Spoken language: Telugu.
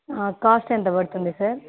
కాస్ట్ ఎంత పడుతుంది సార్